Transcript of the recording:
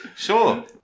Sure